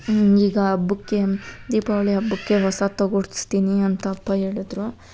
ಈಗ ಹಬ್ಬಕ್ಕೆ ದೀಪಾವಳಿ ಹಬ್ಬಕ್ಕೆ ಹೊಸಾದ್ ತಗೋಡ್ಸ್ತೀನಿ ಅಂತ ಅಪ್ಪ ಹೇಳದ್ರು